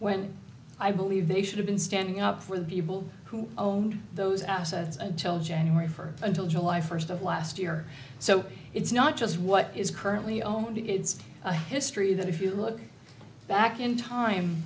when i believe they should have been standing up for the people who own those assets until january for until july first of last year so it's not just what is currently omitted it's a history that if you look back in time